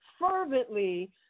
fervently